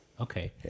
Okay